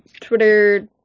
Twitter